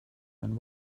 than